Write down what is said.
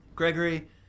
Gregory